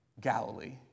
Galilee